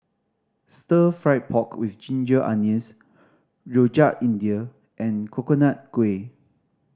Stir Fried Pork With Ginger Onions Rojak India and Coconut Kuih